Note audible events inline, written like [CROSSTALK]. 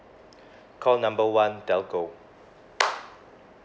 call number one telco [NOISE]